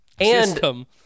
system